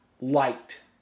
liked